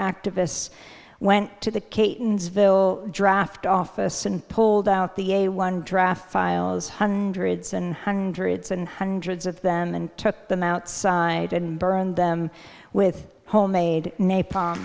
activists went to the cape ville draft office and pulled out the a one draft files hundreds and hundreds and hundreds of them and took them outside and burned them with homemade napalm